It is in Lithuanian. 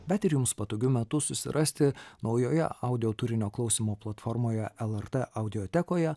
bet ir jums patogiu metu susirasti naujoje audio turinio klausymo platformoje lrt audiotekoje